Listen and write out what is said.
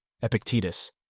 Epictetus